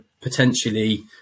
potentially